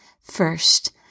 First